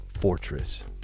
Fortress